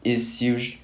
is us~